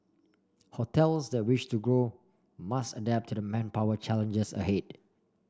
hotels that wish to grow must adapt to the manpower challenges ahead